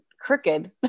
crooked